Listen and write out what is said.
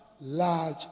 large